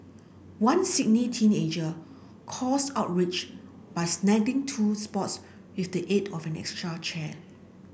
one Sydney teenager caused outrage by snagging two spots with the aid of an extra chair